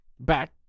Back